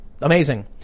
Amazing